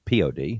POD